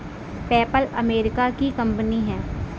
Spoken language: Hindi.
पैपल अमेरिका की कंपनी है